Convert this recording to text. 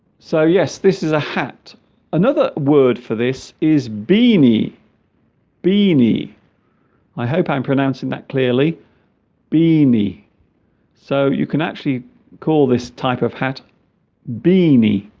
so yes this is a hat another word for this is beanie beanie i hope i'm pronouncing that clearly beanie so you can actually call this type of hat beanie